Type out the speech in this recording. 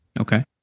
Okay